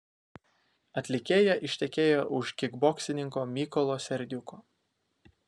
atlikėja ištekėjo už kikboksininko mykolo serdiuko